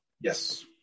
yes